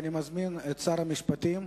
אני מזמין את שר המשפטים,